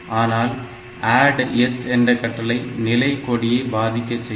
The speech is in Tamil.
ஆனால் ADD S என்ற கட்டளை நிலை கொடியை பாதிக்கச் செய்யும்